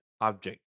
object